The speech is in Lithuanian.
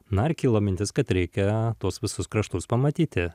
na ar kilo mintis kad reikia tuos visus kraštus pamatyti